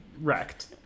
wrecked